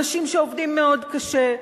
אנשים שעובדים מאוד קשה,